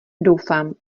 doufám